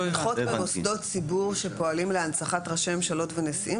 התמיכות במוסדות ציבור שפועלים להנצחת ראשי ממשלות ונשיאים